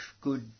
good